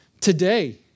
today